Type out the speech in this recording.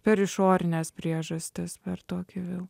per išorines priežastis per tokį vėl